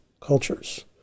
cultures